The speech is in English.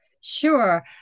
Sure